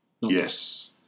yes